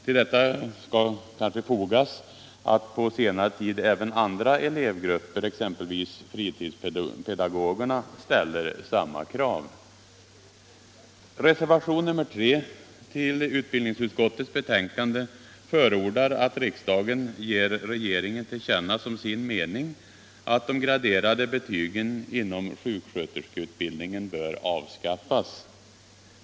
Till detta skall kanske också fogas att på senare tid även andra elevgrupper, exempelvis fritidspedagogerna, ställer samma krav. I reservation nr 3 vid utbildningsutskottets betänkande förordas att riksdagen ger regeringen till känna som sin mening att de graderade betygen inom sjuksköterskeutbildningen bör avskaffas.